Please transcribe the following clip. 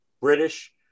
British